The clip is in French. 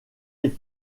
est